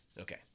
Okay